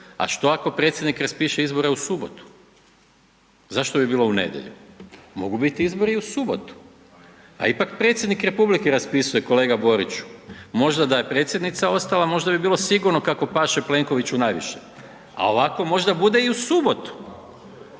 a što ako predsjednik raspiše izbore u subotu? Zašto bi bilo u nedjelju? Mogu biti izbori i u subotu. Pa ipak predsjednik republike raspisuje, kolega Boriću. Možda da je predsjednica ostala, možda bi bilo sigurno kako paše Plenkoviću najviše. A ovako možda bude i u subotu.